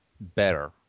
better